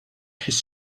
his